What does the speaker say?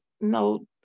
no